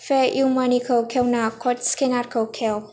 पेइउमानिखौ खेवना क'ड स्केनारखौ खेव